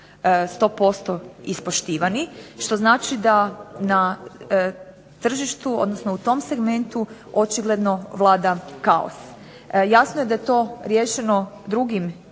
100% ispoštivani što znači da na tržištu, odnosno u tom segmentu očigledno vlada kaos. Jasno je da je to riješeno drugim